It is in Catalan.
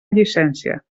llicència